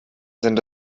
sind